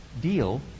deal